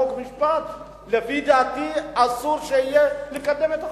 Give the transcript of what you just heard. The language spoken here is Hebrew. חוק ומשפט לדעתי אסור לקדם את החוק.